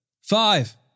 Five